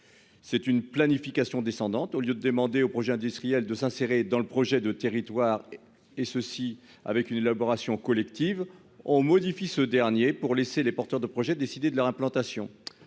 C'est une planification descendante au lieu de demander au projet industriel de s'insérer dans le projet de territoire et ceci avec une élaboration collective on modifie ce dernier pour laisser les porteurs de projets, décider de leur implantation.